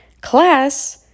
class